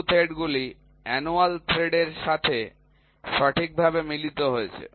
screw থ্রেডগুলি annual থ্রেডের সাথে সঠিকভাবে মিলিত হয়েছে